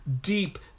deep